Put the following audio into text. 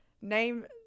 name